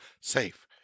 safe